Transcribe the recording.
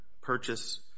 purchase